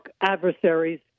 adversaries